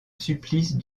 supplice